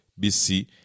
BC